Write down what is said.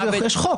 יש חוק.